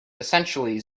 essentially